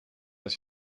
als